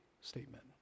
statement